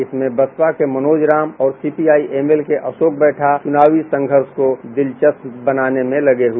इसमें बसपा के मनोज राम और C P I M L के रेशोक बैठा चुनावी संघर्ष को दिलचस्प बनाने में लगे हुए हैं